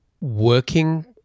working